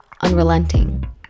unrelenting